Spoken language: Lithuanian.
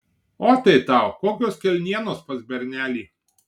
o tai tau kokios kelnienos pas bernelį